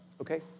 okay